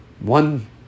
one